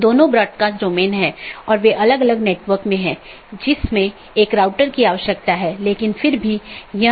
इसलिए हम बाद के व्याख्यान में इस कंप्यूटर नेटवर्क और इंटरनेट प्रोटोकॉल पर अपनी चर्चा जारी रखेंगे